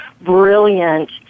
brilliant